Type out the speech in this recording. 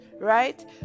right